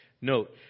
Note